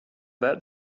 that